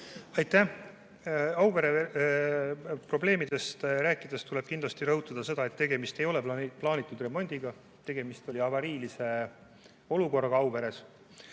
Aitäh! Auvere probleemidest rääkides tuleb kindlasti rõhutada seda, et tegemist ei ole mitte plaanitud remondiga, vaid tegemist oli avariilise olukorraga Auveres.